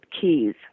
keys